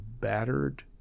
battered